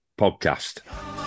podcast